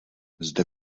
zde